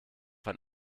ein